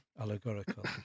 allegorical